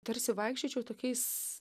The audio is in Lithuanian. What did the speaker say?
tarsi vaikščiočiau tokiais